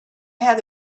had